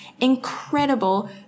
incredible